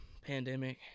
pandemic